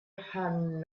hand